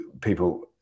people